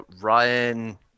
Ryan